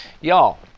Y'all